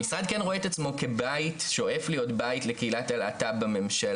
המשרד כן רואה את עצמו כשואף להיות בית לקהילת הלהט"ב בממשלה,